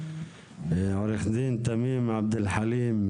עו"ד תמים עבד אלחלים,